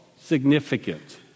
significant